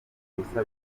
ubusa